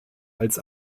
als